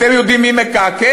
אתם יודעים מי מקעקע?